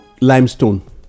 limestone